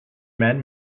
men